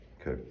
okay